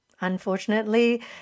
Unfortunately